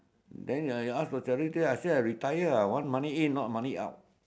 then ah you ask for charity I say I retire I want money in not money out